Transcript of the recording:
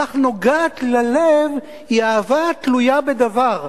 הכל-כך נוגעת ללב, היא אהבה תלויה בדבר,